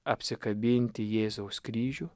apsikabinti jėzaus kryžių